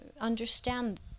understand